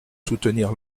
soutenir